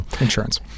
Insurance